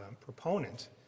proponent